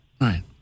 right